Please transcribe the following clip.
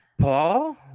Paul